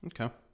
Okay